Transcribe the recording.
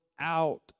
out